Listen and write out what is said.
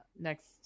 next